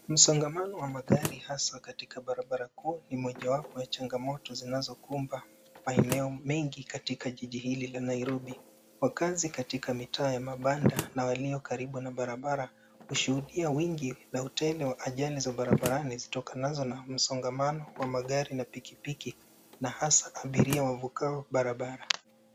Msongamano wa magari haswa katika barabara kuu ni mojawapo ya changamoto zinazokumba maeneo mengi katika jiji hili la Nairobi. Wakaazi katika mitaa ya mabanda na walio karibu na barabara hushuhudia wingi na utele wa ajali za barabara zitokanazo na msongamano wa magari na pikipiki na hasa abiria wavukao barabara.